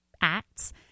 acts